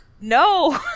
no